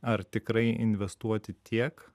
ar tikrai investuoti tiek